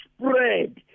spread